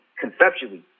conceptually